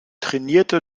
trainierte